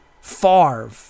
Favre